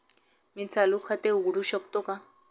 मी चालू खाते उघडू शकतो का?